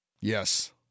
Yes